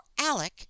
Alec